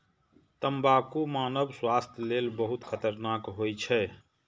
तंबाकू मानव स्वास्थ्य लेल बहुत खतरनाक होइ छै